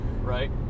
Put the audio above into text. right